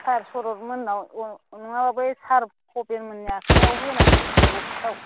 सार सरब मोन्नाव नङाबा बे सार खबिन मोननि आखाइयाव होनानै फैसै अफिसाव